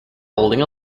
holding